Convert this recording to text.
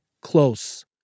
close